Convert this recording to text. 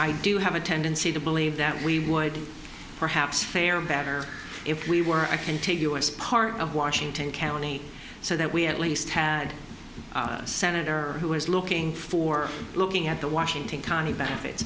i do have a tendency to believe that we would perhaps fare better if we were a contiguous part of washington county so that we at least had a senator who was looking for looking at the washington county benefits